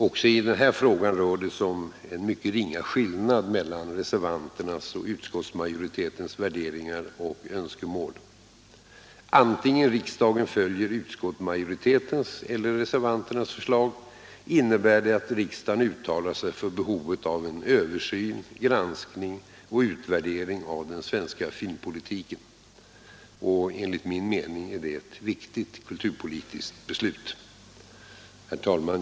Också i denna fråga rör det sig om en mycket ringa skillnad mellan reservanternas och utskottsmajoritetens värderingar och önskemål. Antingen riksdagen följer utskottsmajoritetens eller reservanternas förslag innebär det att riksdagen uttalar sig för behovet av en översyn, granskning och utvärdering av den svenska filmpolitiken. Enligt min mening är detta ett viktigt kulturpolitiskt beslut. Herr talman!